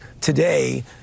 today